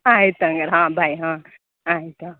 ಆಯ್ತು ಹಂಗಾರ್ ಹಾಂ ಬಾಯ್ ಹಾಂ ಆಯ್ತು ಹಾಂ